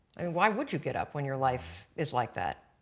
i mean why would you get up when your life is like that?